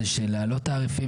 שיש מחיר להעלאת תעריפים,